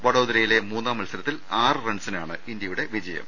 വഡോദരയിലെ മൂന്നാം മത്സ രത്തിൽ ആറ് റൺസിനാണ് ഇന്ത്യയുടെ ജയം